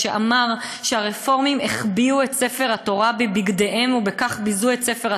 שאמר שהרפורמים החביאו את ספר התורה בבגדיהם ובכך ביזו את ספר התורה,